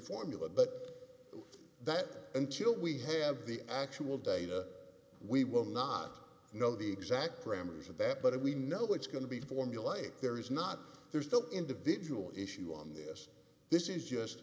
formula but that until we have the actual data we will not know the exact parameters of that but we know it's going to be formulaic there is not there's the individual issue on this this is just